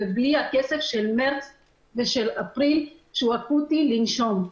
ובלי הכסף של מרץ ושל אפריל שהוא אקוטי לנשום.